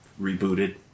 rebooted